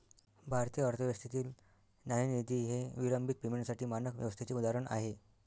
भारतीय अर्थव्यवस्थेतील नाणेनिधी हे विलंबित पेमेंटसाठी मानक व्यवस्थेचे उदाहरण आहे